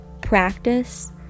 practice